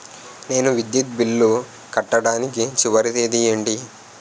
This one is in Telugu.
నేను విద్యుత్ బిల్లు కట్టడానికి చివరి తేదీ ఏంటి?